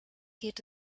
geht